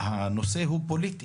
הנושא הוא פוליטי,